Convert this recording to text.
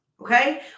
Okay